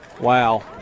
Wow